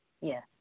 Yes